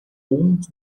uns